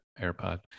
AirPod